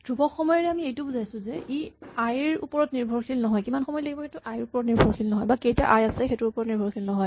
ধ্ৰুৱক সময়েৰে আমি এইটো বুজাইছো যে ই আই ৰ ওপৰত নিৰ্ভৰশীল নহয়